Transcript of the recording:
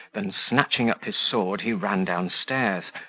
than, snatching up his sword, he ran down-stairs,